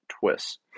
twists